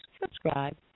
subscribe